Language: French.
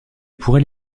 pourrait